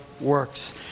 works